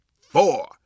four